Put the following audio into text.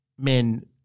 Men